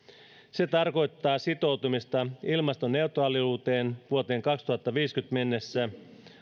se tarkoittaa sitoutumista ilmastoneutraaliuteen vuoteen kaksituhattaviisikymmentä mennessä